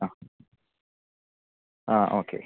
ആ ആ ഓക്കെ